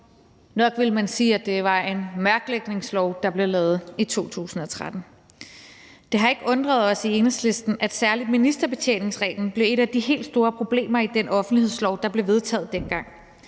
man ville nok sige, at det var en mørklægningslov, der blev lavet i 2013. Det har ikke undret os i Enhedslisten, at særlig ministerbetjeningsreglen blev et af de helt store problemer i den offentlighedslov, der blev vedtaget dengang.